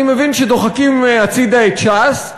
אני מבין שדוחקים הצדה את ש"ס,